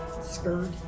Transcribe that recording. Scared